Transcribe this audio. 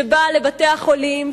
שבא לבתי-החולים,